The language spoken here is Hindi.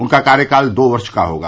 उनका कार्यकाल दो वर्ष का होगा